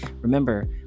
Remember